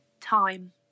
time